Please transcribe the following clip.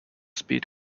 speed